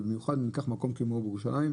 במיוחד אם ניקח מקום כמו ירושלים,